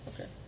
okay